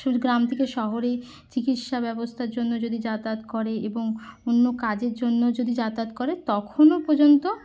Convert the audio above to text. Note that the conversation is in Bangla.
শুধু গ্রাম থেকে শহরে চিকিৎসা ব্যবস্থার জন্য যদি যাতায়াত করে এবং অন্য কাজের জন্য যদি যাতায়াত করে তখনও পর্যন্ত